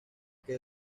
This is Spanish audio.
que